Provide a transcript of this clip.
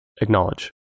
acknowledge